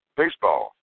baseball